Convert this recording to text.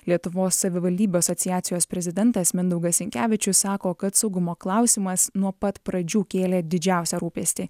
lietuvos savivaldybių asociacijos prezidentas mindaugas sinkevičius sako kad saugumo klausimas nuo pat pradžių kėlė didžiausią rūpestį